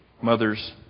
Mothers